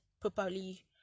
properly